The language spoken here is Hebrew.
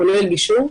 כולל גישור.